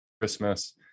Christmas